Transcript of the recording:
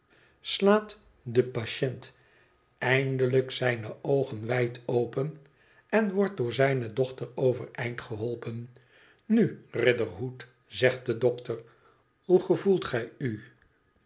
slaat de patiënt eindelijk zijne oogen wijd open en wordt door zijne dochter overeind geholpen nu riderhood zegt de dokter hoe gevoelt gij u